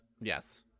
Yes